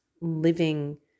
living